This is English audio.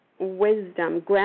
wisdom